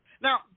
Now